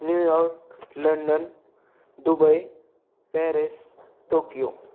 New York London Dubai Paris Tokyo